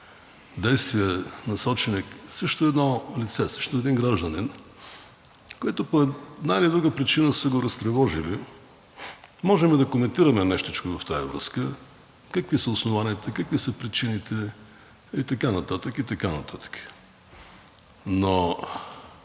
действия, насочени срещу едно лице, срещу един гражданин, които по една или друга причина са го разтревожили, можем да коментираме нещичко в тази връзка – какви са основанията, какви са причините и така нататък, и така нататък. Но